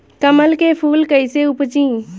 कमल के फूल कईसे उपजी?